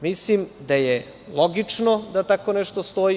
Mislim da je logično da tako nešto stoji.